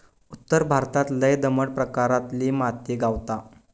उत्तर भारतात लय दमट प्रकारातली माती गावता